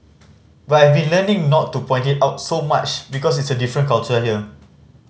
but I've learning not to point it out so much because it is a different culture here